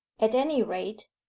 at any rate,